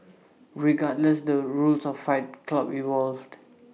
regardless the rules of fight club evolved